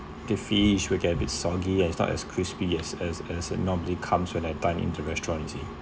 the fish will get a bit soggy and not as crispy as as as uh normally comes when dine in the restaurant you see